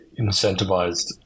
incentivized